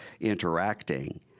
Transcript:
interacting—